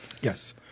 Yes